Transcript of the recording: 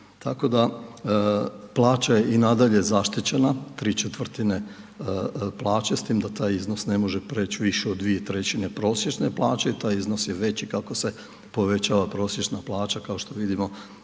Tako da plaća je i nadalje zaštićena 3/4 s tim da taj iznos ne može preći više od 2/3 prosječne plaće i taj iznos je veći kako se povećava prosječna plaća. Kao što vidimo